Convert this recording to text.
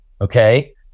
Okay